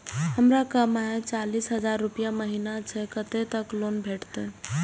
हमर कमाय चालीस हजार रूपया महिना छै कतैक तक लोन भेटते?